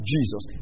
Jesus